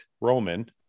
Roman